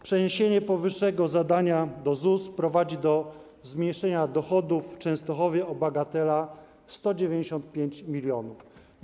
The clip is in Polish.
Przeniesienie powyższego zadania do ZUS prowadzi do zmniejszenia dochodów w Częstochowie o bagatela 195 mln zł.